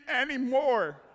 anymore